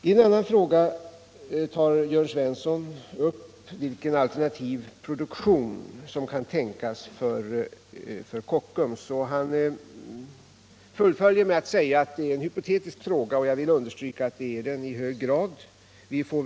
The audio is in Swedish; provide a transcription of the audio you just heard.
I en annan fråga tar Jörn Svensson upp vilken alternativ produktion som kan tänkas för Kockums. Han fullföljer med att säga att det är en hypotetisk fråga, och jag vill understryka att så i hög grad är fallet.